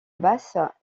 basse